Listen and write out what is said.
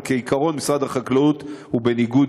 אבל כעיקרון משרד החקלאות הוא בניגוד